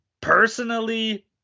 Personally